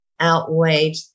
outweighed